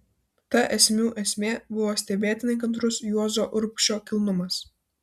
ta esmių esmė buvo stebėtinai kantrus juozo urbšio kilnumas